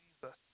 Jesus